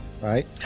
right